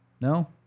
No